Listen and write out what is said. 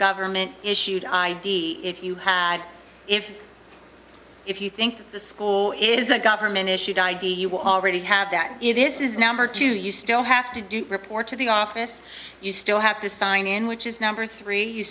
government issued id if you had if if you think the school is a government issued id you already have that if this is number two you still have to do report to the office you still have to sign in which is number three you